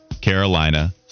Carolina